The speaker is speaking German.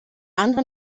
anderen